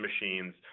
machines